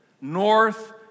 north